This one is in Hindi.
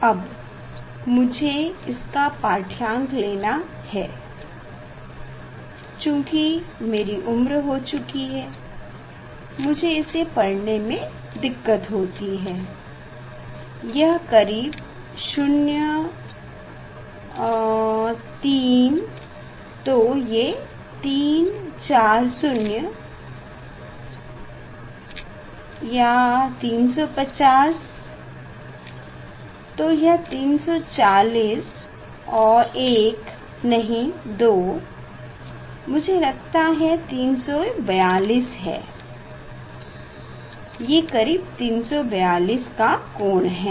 अब मुझे इसका पाठ्यांक लेना है चूंकि मेरी उम्र हो चुकी है मुझे इसे पढ़ने में दिक्कत होती है यह करीब शून्य है और यह 3 तो ये 340 है ये 350 तो यह 340 और 1 नहीं 2 मुझे लगता है ये 342 है ये करीब 342 का कोण है